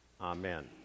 Amen